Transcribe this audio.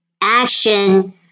action